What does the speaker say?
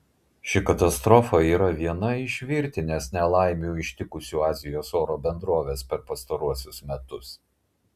ši katastrofa yra viena iš virtinės nelaimių ištikusių azijos oro bendroves per pastaruosius metus